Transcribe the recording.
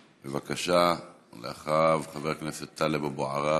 בבקשה, ואחריו, חבר הכנסת טלב אבו עראר.